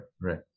right